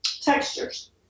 textures